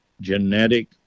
genetic